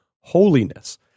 holiness